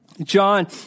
John